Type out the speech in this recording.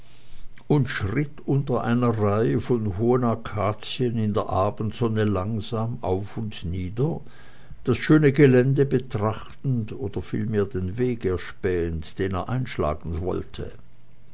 und schritt unter einer reihe von hohen akazien in der abendsonne langsam auf und nieder das schöne gelände betrachtend oder vielmehr den weg erspähend den er einschlagen wollte